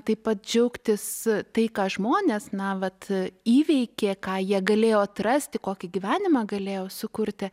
taip pat džiaugtis tai ką žmonės na vat įveikė ką jie galėjo atrasti kokį gyvenimą galėjo sukurti